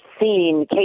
seen